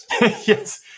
Yes